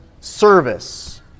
service